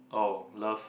oh love